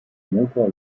motor